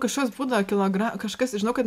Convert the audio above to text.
kažkoks būdavo kilogra kažkas žinau kad